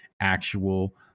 actual